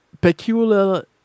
Peculiar